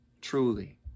Truly